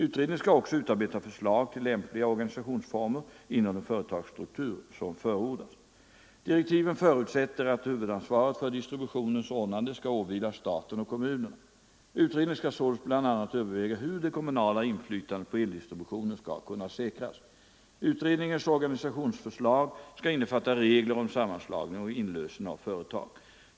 Utredningen skall också utarbeta förslag till lämpliga organisationsformer inom den företagsstruktur som förordas. Direktiven förutsätter att huvudansvaret för distributionens ordnande skall åvila staten och kommunerna. Utredningen skall således bl.a. överväga hur det kommunala inflytandet på eldistributionen skall kunna säkras. Utredningens organisationsförslag skall innefatta regler om sammanslagning och inlösen av företag.